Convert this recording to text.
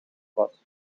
was